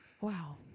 wow